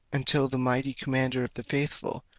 until the mighty commander of the faithful,